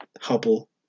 Hubble